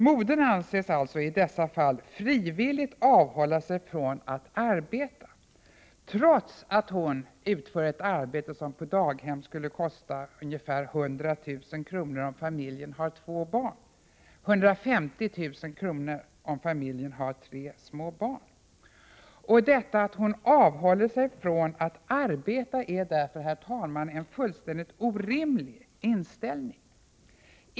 Modern anses i dessa fall ”frivilligt avhålla sig från att arbeta”, trots att hon utför ett arbete som på daghem skulle kosta ungefär 100 000 kr., om familjen har två barn, 150 000 kr. om familjen har tre små barn. Detta att ”hon avhåller sig från att arbeta” är därför, herr talman, en fullständigt orimlig inställning.